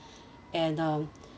and um